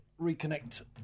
reconnect